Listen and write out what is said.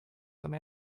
some